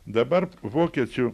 dabar vokiečių